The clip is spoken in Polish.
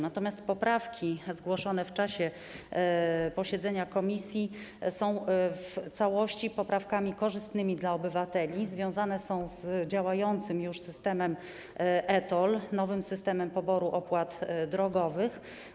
Natomiast poprawki zgłoszone w czasie posiedzenia komisji są w całości poprawkami korzystnymi dla obywateli, są one związane z działającym już systemem e-TOLL, nowym systemem poboru opłat drogowych.